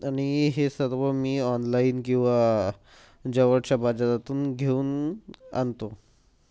आणि हे सर्व मी ऑनलाईन किंवा जवळच्या बाजारातून घेऊन आणतो